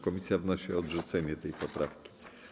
Komisja wnosi o odrzucenie tej poprawki.